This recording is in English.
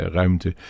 ruimte